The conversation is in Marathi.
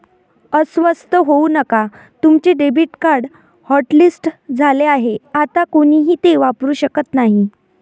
अस्वस्थ होऊ नका तुमचे डेबिट कार्ड हॉटलिस्ट झाले आहे आता कोणीही ते वापरू शकत नाही